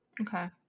Okay